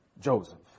Joseph